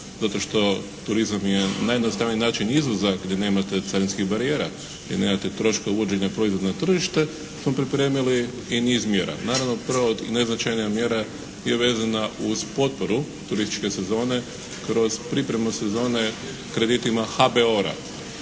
zato što turizam je najjednostavniji način izvoza gdje nemate carinskih barijera, gdje nemate troška uvođenja proizvodno tržište smo pripremili i niz mjera. Naravno, prva i najznačajnija mjera je vezana uz potporu turističke sezone kroz pripremu sezone kreditima HBOR-a.